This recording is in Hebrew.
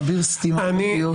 אביר סתימת הפיות.